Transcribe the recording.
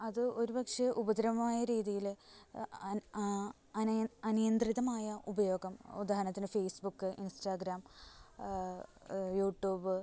അത് ഒരു പക്ഷെ ഉപദ്രവമായ രീതിയിൽ അനിയന്ത്രിതമായ ഉപയോഗം ഉദാഹരണത്തിന് ഫേസ്ബുക്ക് ഇൻസ്റ്റാഗ്രാം യൂട്ടൂബ്